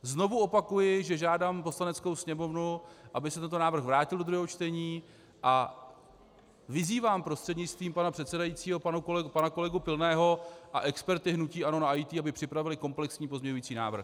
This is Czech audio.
Znovu opakuji, že žádám Poslaneckou sněmovnu, aby se tento návrh vrátil do druhého čtení, a vyzývám prostřednictvím pana předsedajícího pana kolegu Pilného a experty hnutí ANO na IT, aby připravili komplexní pozměňující návrh.